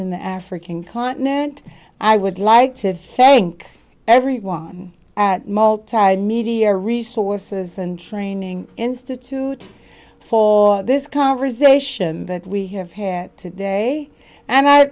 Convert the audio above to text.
and the african continent i would like to thank everyone at multimedia resources and training institute for this conversation that we have had today and i